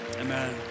Amen